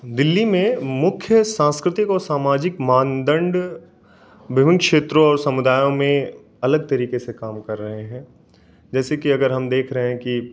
दिल्ली में मुख्य सांस्कृतिक और सामाजिक मानदंड विभिन्न क्षेत्रों और समुदायों में अलग तरीके से काम कर रहे हैं जैसे कि अगर हम देख रहे हैं कि